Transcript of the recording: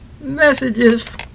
messages